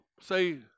say